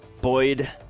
Boyd